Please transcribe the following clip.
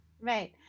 Right